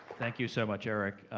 thank you so much, eric.